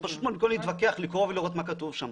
פשוט מאוד במקום להתווכח לקרוא ולראות מה כתוב שם.